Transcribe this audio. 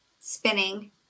spinning